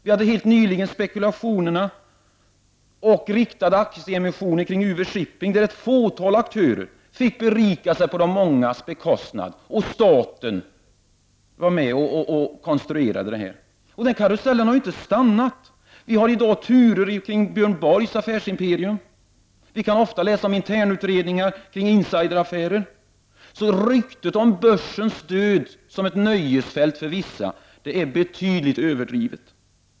Vi hade helt nyligen spekulationerna och riktade aktieemissioner kring UV Shipping där ett fåtal aktörer berikade sig på de mångas bekostnad. Staten var med om att konstruera detta. Den här karusellen har inte stannat av. I dag har vi exempelvis turerna kring Björn Borgs affärsimperium. Vi kan ofta läsa om internutredningar kring insideraffärer. Ryktet om börsens död som ett nöjesfält för vissa är betydligt överdrivet.